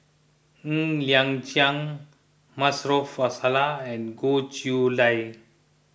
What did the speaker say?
Ng Liang Chiang Maarof Salleh and Goh Chiew Lye